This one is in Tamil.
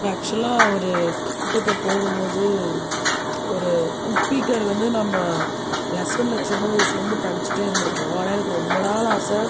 இப்போ ஆக்ஷுவல்லாக ஒரு காட்டுக்கு போகும் போது ஒரு வுட் பீக்கர் வந்து நம்ம லெசனில் சின்ன வயசில் இருந்து படிச்சுகிட்டே இருந்திருப்போம் ஆனால் எனக்கு ரொம்ப நாள் ஆசை